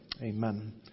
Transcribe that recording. Amen